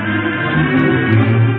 to